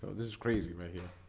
this is crazy right here.